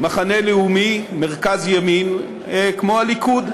מחנה לאומי, מרכז-ימין, כמו הליכוד.